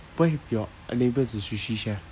what if your neighbour is a sushi chef